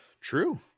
True